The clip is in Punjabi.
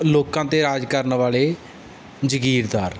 ਲੋਕਾਂ 'ਤੇ ਰਾਜ ਕਰਨ ਵਾਲੇ ਜਗੀਰਦਾਰ